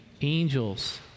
angels